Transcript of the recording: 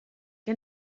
què